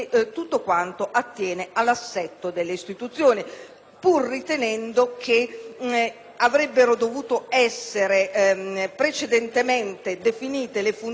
l'assetto delle istituzioni, pur ritenendo che avrebbero dovuto essere prima definite le funzioni e gli assetti